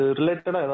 related